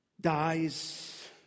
dies